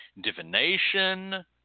divination